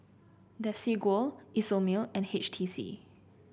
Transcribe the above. Desigual Isomil and H T C